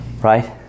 right